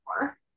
more